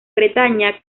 bretaña